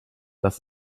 das